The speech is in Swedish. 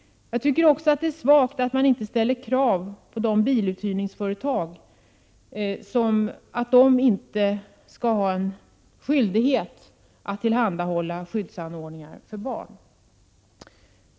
Jag tycker vidare att det är svagt att man inte ställer krav på att biluthyrningsföretag skall ha skyldighet att tillhandahålla skyddsanordningar för barn.